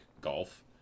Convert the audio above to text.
golf